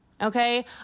okay